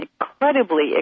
incredibly